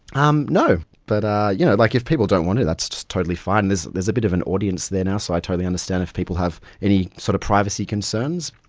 um no. but ah you know like if people don't want to, that's totally fine. there's a bit of an audience there now so i totally understand if people have any sort of privacy concerns.